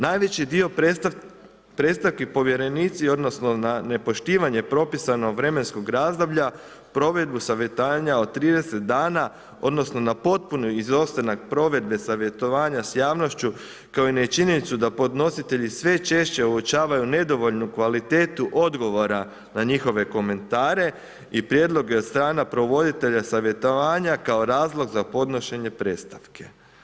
Najveći dio predstavke povjerenici, odnosno, nepoštivanje propisanog vremenskog razdoblja, u provedbu savjetovanja od 30 dana, odnosno, na potpuni izostanak provedbe savjetovanja s javnošću, kao i nečinjenu da podnositelji sve češće uočavaju nedovoljnu kvalitetu odgovora na njihove komentare i prijedloge od strana provoditelja savjetovanja kao razlog za podnošenje predstavke.